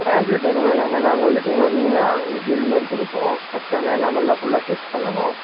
tablet எதுவும் வேணாம்ங்க நாங்கள் வந்துவிட்டு இங்கே வந்திங்கன்னா உங்களுக்கு ஜெல் மாதிரி கொடுப்போம் ஃபர்ஸ்ட் அந்த எனாமல்லாம் ஃபுல்லாக செக் பண்ணனும்